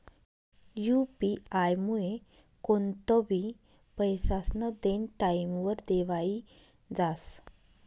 UP आयमुये कोणतंबी पैसास्नं देनं टाईमवर देवाई जास